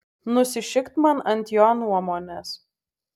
nusišikt man ant jo nuomonės